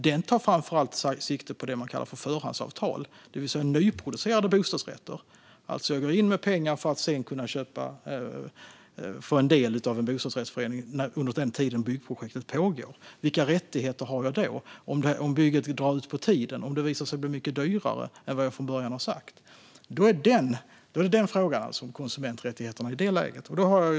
Den tar framför allt sikte på det man kallar förhandsavtal och gäller nyproducerade bostadsrätter, alltså där man lägger in en del pengar i en bostadsrätt medan byggprojektet pågår. Vilka rättigheter har jag om bygget till exempel drar ut på tiden eller blir mycket dyrare än vad det var sagt? Det handlar om konsumenträttigheter i det läget.